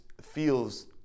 feels